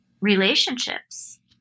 relationships